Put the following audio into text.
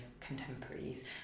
contemporaries